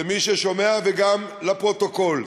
למי ששומע וגם לפרוטוקול: